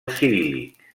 ciríl·lic